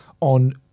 on